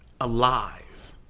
alive